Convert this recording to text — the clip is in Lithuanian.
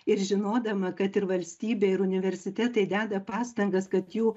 ir žinodama kad ir valstybė ir universitetai deda pastangas kad jų